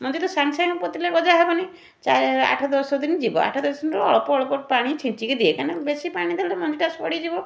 ମଞ୍ଜି ତ ସାଙ୍ଗେସାଙ୍ଗେ ପୋତିଲେ ଗଜା ହେବନି ଚା ଆଠ ଦଶଦିନ ଯିବ ଆଠ ଦଶଦିନରୁ ଅଳ୍ପଅଳ୍ପ ପାଣି ଛିଞ୍ଚିକି ଦିଏ କାରଣ ବେଶି ପାଣି ଦେଲେ ମଞ୍ଜିଟା ସଢ଼ିଯିବ